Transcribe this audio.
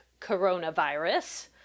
coronavirus